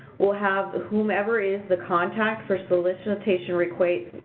will have whomever is the contact for solicitation-related